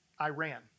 Iran